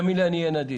האמן לי שאני אהיה נדיב.